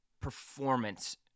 performance